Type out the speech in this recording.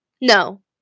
No